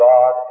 God